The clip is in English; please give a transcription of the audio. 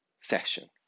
session